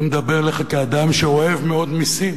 אני מדבר אליך כאדם שאוהב מאוד מסים,